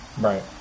Right